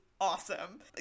awesome